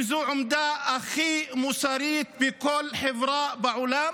שזו העמדה הכי מוסרית בכל חברה בעולם,